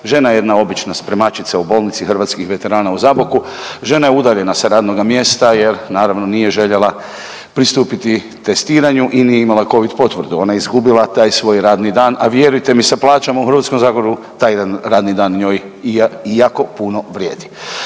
žena jedna obična spremačica u Bolnici hrvatskih veterana u Zaboku, žena je udaljena sa radnoga mjesta jer naravno nije željela pristupiti testiranju i nije imala Covid potvrdu, ona je izgubila taj svoj radni dan, a vjerujte mi sa plaćama u Hrvatskom zagorju taj jedan radni dan njoj jako puno vrijedi.